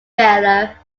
failure